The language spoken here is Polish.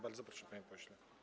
Bardzo proszę, panie pośle.